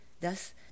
Thus